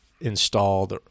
installed